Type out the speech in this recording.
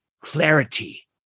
clarity